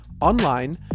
online